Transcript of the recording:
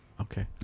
okay